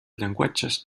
llenguatges